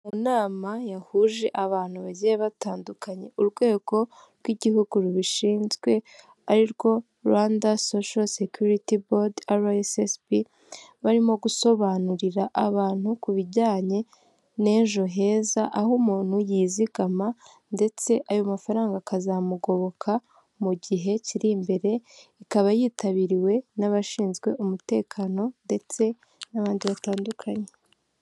Mu nama yahuje abantu bagiye batandukanye, urwego rw'igihugu rubishinzwe ari rwo Rwanda social security boad(RSSB) barimo gusobanurira abantu ku bijyanye na Ejo heza aho umuntu yizigama ndetse ayo mafaranga akazamugoboka mu gihe kiri imbere ikaba yitabiriwe n'abashinzwe umutekano ndetse n'abandi batandukanye.